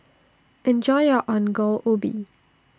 Enjoy your Ongol Ubi